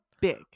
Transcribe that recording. big